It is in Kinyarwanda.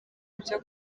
byo